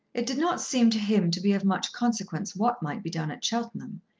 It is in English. it did not seem to him to be of much consequence what might be done at cheltenham.